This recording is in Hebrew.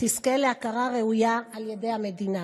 תזכה להכרה ראויה על ידי המדינה,